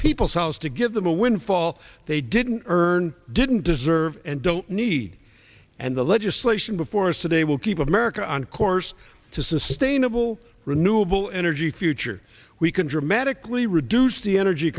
people's house to give them a windfall they didn't earn didn't deserve and don't need and the legislation before us today will keep america on course to sustainable renewable energy future we can dramatically reduce the energy